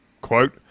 Quote